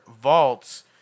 vaults